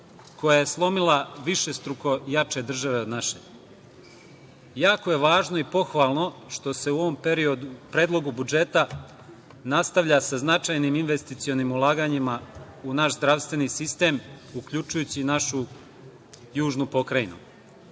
koja je slomila višestruko jače države od naše. Jako je važno i pohvalno što se u ovom predlogu budžeta nastavlja sa značajnim investicionim ulaganjima u naš zdravstveni sistem, uključujući i našu južnu pokrajinu.